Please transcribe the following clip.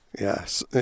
Yes